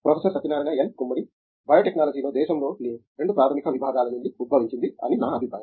professor Satyanarayana N Gummadi బయోటెక్నాలజీలో దేశంలోని 2 ప్రాథమిక విభాగాల నుండి ఉద్భవించింది అని నా అభిప్రాయం